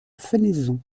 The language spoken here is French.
fenaison